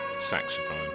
saxophone